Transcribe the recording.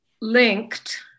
linked